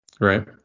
right